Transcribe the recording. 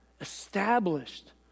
established